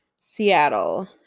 Seattle